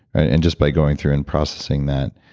and just by going through and processing that,